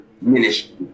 ministry